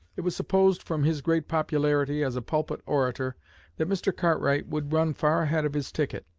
it was supposed from his great popularity as a pulpit orator that mr. cartwright would run far ahead of his ticket.